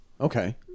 Okay